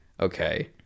okay